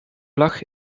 vlag